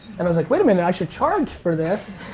and i was like, wait a minute, i should charge for this.